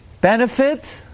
benefit